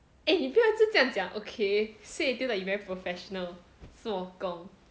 eh 你不要一直这样讲 okay say until like you very professional 做工